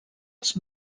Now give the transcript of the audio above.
els